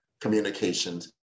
communications